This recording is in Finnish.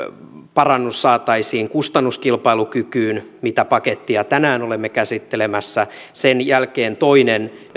parannus saataisiin kustannuskilpailukykyyn mitä pakettia tänään olemme käsittelemässä sen jälkeen toinen